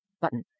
button